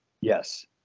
Yes